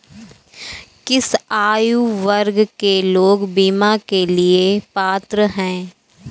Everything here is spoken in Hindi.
किस आयु वर्ग के लोग बीमा के लिए पात्र हैं?